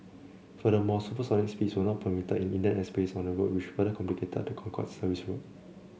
furthermore supersonic speeds were not permitted in Indian airspace on the route which further complicated the Concorde service's route